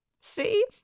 See